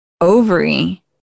ovary